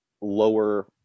lower